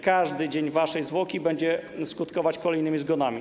Każdy dzień waszej zwłoki będzie skutkować kolejnymi zgonami.